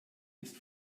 ist